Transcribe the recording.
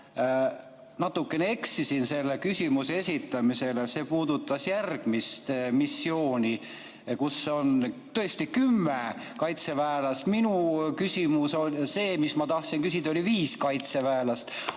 natukene eksisin selle küsimuse esitamisel: see puudutas järgmist missiooni, kus on tõesti kümme kaitseväelast. Minu küsimus, see, mis ma tahtsin küsida, [puudutas] viit kaitseväelast.